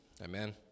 Amen